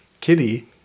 Kitty